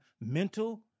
mental